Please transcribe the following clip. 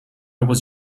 was